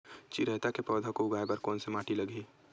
चिरैता के पौधा को उगाए बर कोन से माटी लगही?